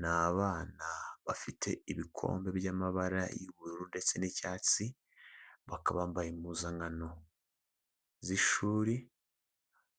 Ni abana bafite ibikombe by'amabara y'ubururu ndetse n'icyatsi, bakaba bambaye impuzankano z'ishuri,